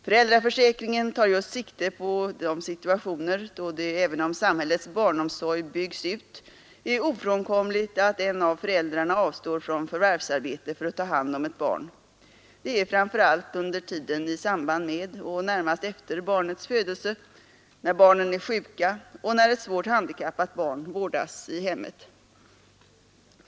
Föräldraförsäkringen tar just sikte på de situationer då det även om samhällets barnomsorg byggs ut är ofrånkomligt att en av föräldrarna avstår från förvärvsarbete för att ta hand om ett barn. Det är framför allt under tiden i samband med och närmast efter barnets födelse, när barnen är sjuka och när ett svårt handikappat barn vårdas i hemmet.